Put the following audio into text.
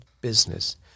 business